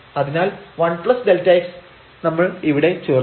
അതിനാൽ 1Δx നമ്മൾ ഇവിടെ ചേർക്കാം